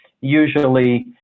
usually